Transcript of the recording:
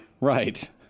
Right